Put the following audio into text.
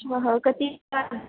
श्वः कति वादने